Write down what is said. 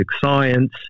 science